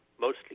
mostly